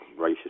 racist